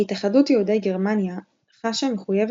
" התאחדות יהודי גרמניה חשה מחויבת